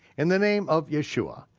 in the name of yeshua,